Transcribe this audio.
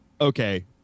Okay